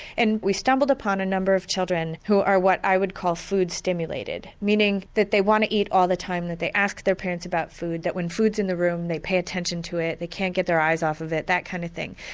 and we stumbled upon a number of children who are what i would call food stimulated meaning that they want to eat all the time, that they ask their parents about food, that when food is in the room they pay attention to it, they can't get their eyes off it that kind of thing.